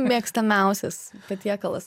mėgstamiausias patiekalas